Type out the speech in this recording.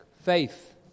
faith